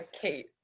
Kate